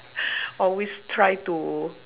always try to